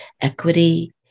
equity